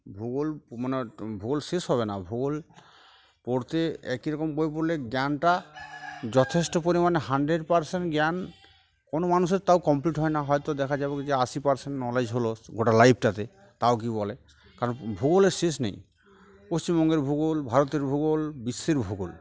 ভূগোল মানে ভূগোল শেষ হবে না ভূগোল পড়তে একই রকম বই পড়লে জ্ঞানটা যথেষ্ট পরিমাণে হান্ড্রেড পার্সেন্ট জ্ঞান কোনো মানুষের তাও কমপ্লিট হয় না হয়তো দেখা যাবে কি আশি পার্সেন্ট নলেজ হলো গোটা লাইফটাতে তাও কী বলে কারণ ভূগোলের শেষ নেই পশ্চিমবঙ্গের ভূগোল ভারতের ভূগোল বিশ্বের ভূগোল